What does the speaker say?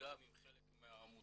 וגם עם חלק מהעמותות.